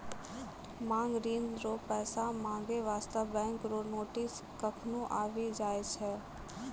मांग ऋण रो पैसा माँगै बास्ते बैंको रो नोटिस कखनु आबि जाय छै